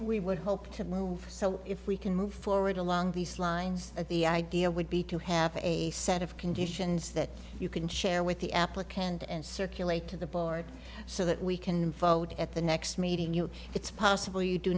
we would hope to move so if we can move forward along these lines at the idea would be to have a set of conditions that you can share with the applicant and circulate to the board so that we can vote at the next meeting you know it's possible you do